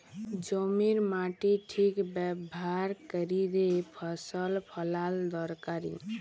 জমির মাটির ঠিক ব্যাভার ক্যইরে ফসল ফলাল দরকারি